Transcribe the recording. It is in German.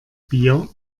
bier